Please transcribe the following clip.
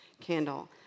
candle